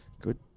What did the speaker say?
good